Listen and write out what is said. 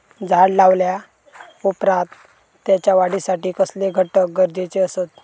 झाड लायल्या ओप्रात त्याच्या वाढीसाठी कसले घटक गरजेचे असत?